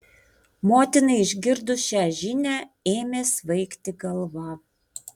motinai išgirdus šią žinią ėmė svaigti galva